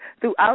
throughout